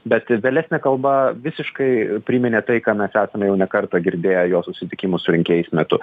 bet vėlesnė kalba visiškai priminė tai ką mes esame jau ne kartą girdėję jo susitikimų su rinkėjais metu